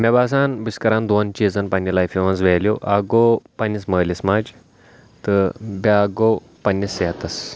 مےٚ باسان بہٕ چھُس کران دۄن چیٖزن پَننہٕ لایفہٕ منٛز ویلوٗ اَکھ گوٚو پَننِس مٲلِس ماجہِ تہِ بیٛاکھ گوٚو پننِس صحتس